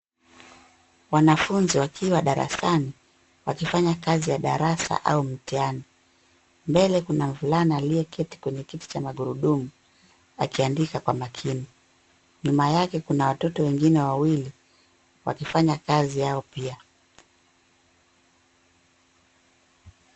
Wanafunzi wakiwa darasani wakifanya kazi ya darasa au mtihani. Mbele kuna mvulana aliyeketi kwenye kiti cha magurudumu akiandika kwa makini. Nyuma yake kuna watoto wengine wawili wakifanya kazi yao pia.